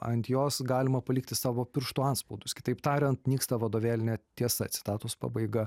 ant jos galima palikti savo pirštų antspaudus kitaip tariant nyksta vadovėlinė tiesa citatos pabaiga